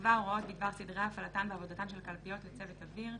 יקבע הוראות בדבר סדרי הפעלתן ועבודתן של הקלפיות לצוות אוויר,